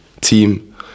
team